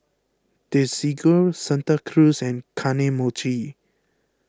Desigual Santa Cruz and Kane Mochi